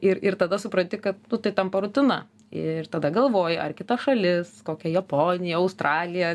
ir ir tada supranti kad nu tai tampa rutina ir tada galvoji ar kita šalis kokia japonija australija